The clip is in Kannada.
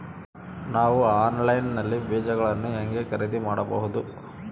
ನಾವು ಆನ್ಲೈನ್ ನಲ್ಲಿ ಬೇಜಗಳನ್ನು ಹೆಂಗ ಖರೇದಿ ಮಾಡಬಹುದು?